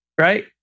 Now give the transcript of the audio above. right